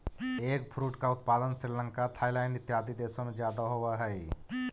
eggfruit का उत्पादन Sri Lanka Thailand इत्यादि देशों में ज्यादा होवअ हई